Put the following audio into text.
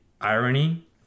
irony